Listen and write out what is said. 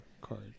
card